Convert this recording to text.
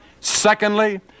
Secondly